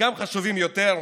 חלקם חשובים יותר,